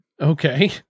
Okay